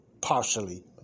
partially